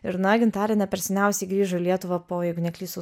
ir na gintarė ne per seniausiai grįžo į lietuvą po jeigu neklystu